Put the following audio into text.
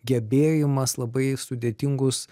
gebėjimas labai sudėtingus